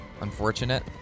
Unfortunate